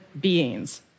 beings